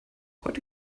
heute